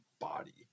body